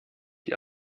die